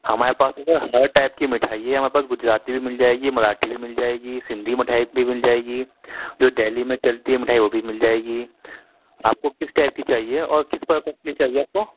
ہمارے پاس تو ہر ٹائپ کی مٹھائی ہے ہمارے پاس گجراتی بھی مل جائے گی مراٹھی بھی مل جائے گی سندھی مٹھائی بھی مل جائے گی جو دہلی میں چلتی ہے مٹھائی وہ بھی مل جائے گی آپ کو کس ٹائپ کی چاہیے اور کس پرپز کے لیے چاہیے آپ کو